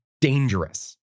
dangerous